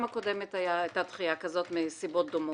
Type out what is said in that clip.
הקודמת הייתה דחייה כזאת מסיבות דומות.